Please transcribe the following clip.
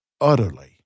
utterly